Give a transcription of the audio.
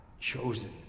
chosen